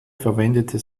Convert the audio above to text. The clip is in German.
verwendete